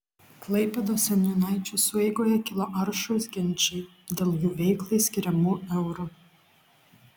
klaipėdos seniūnaičių sueigoje kilo aršūs ginčai dėl jų veiklai skiriamų eurų